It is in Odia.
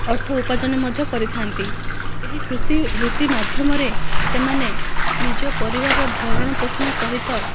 ଅର୍ଥ ଉପାର୍ଜନ ମଧ୍ୟ କରିଥାନ୍ତି ଏହି କୃଷି ବୃତ୍ତି ମାଧ୍ୟମରେ ସେମାନେ ନିଜ ପରିବାରର ଭରଣପୋଷଣ ସହିତ